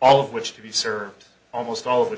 all of which to be served almost all of